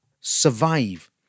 Survive